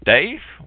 Dave